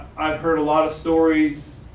i've heard a lot of stories.